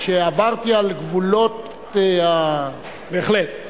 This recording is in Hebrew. שעברתי על גבולות ההתחשבות.